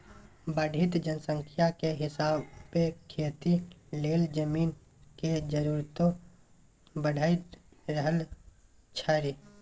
बढ़इत जनसंख्या के हिसाबे खेती लेल जमीन के जरूरतो बइढ़ रहल छइ